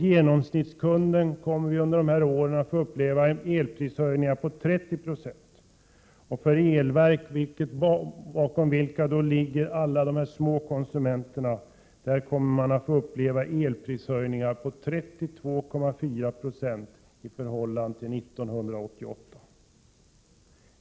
Genomsnittskunden kommer under dessa år att få uppleva elprishöjningar om 30 26, och elverk — bakom vilka ligger de många små konsumenterna — kommer att få elprishöjningar om 32,4 96 i förhållande till 1988.